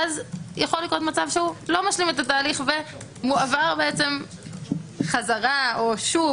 ואז יכול לקרות מצב שהוא לא משלים את התהליך והוא מועבר חזרה או שוב,